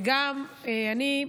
וגם אני,